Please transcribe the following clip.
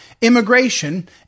immigration